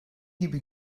gibi